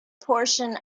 portion